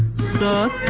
start